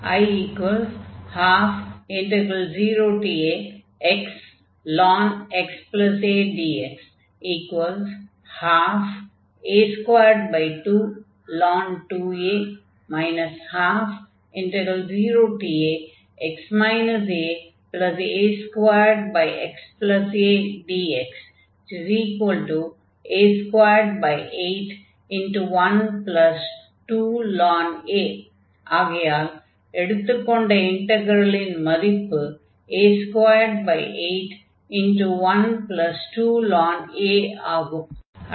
I120axln⁡xadx 12a222a 120ax aa2xadx a2812ln a ஆகையால் எடுத்துக் கொண்ட இன்டக்ரலின் மதிப்பு a2812ln a ஆகும்